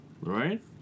right